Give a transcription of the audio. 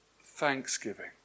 thanksgiving